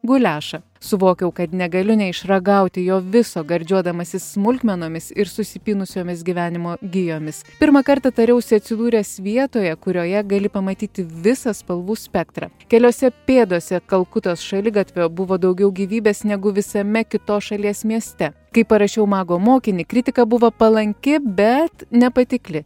guliašą suvokiau kad negaliu neišragauti jo viso gardžiuodamasis smulkmenomis ir susipynusiomis gyvenimo gijomis pirmą kartą tariausi atsidūręs vietoje kurioje gali pamatyti visą spalvų spektrą keliose pėdose kalkutos šaligatvyje buvo daugiau gyvybės negu visame kitos šalies mieste kai parašiau mago mokinį kritika buvo palanki bet nepatikli